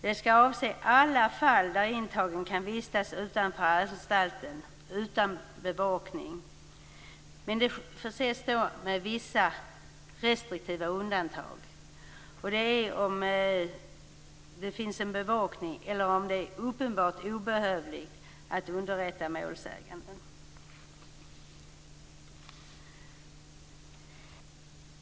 Den skall avse alla fall där den intagne kan vistas utanför anstalten utan bevakning. Men det skall finnas vissa restriktiva undantag, dvs. om det finns bevakning eller om det uppenbart är obehövligt att underrätta målsäganden.